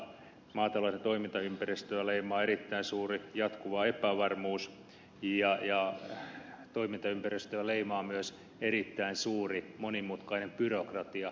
maatalouden toimintaympäristöä leimaa erittäin suuri jatkuva epävarmuus ja toimintaympäristöä leimaa myös erittäin suuri monimutkainen byrokratia